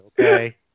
okay